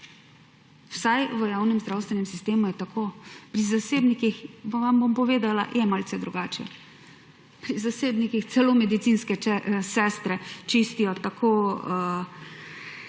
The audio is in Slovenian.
Vsaj v javnem zdravstvenem sistemu je tako. Pri zasebnikih, pa vam bom povedala, je malce drugače. Pri zasebnikih celo medicinske sestre čistijo vse